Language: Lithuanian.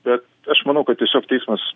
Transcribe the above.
bet aš manau kad tiesiog teismas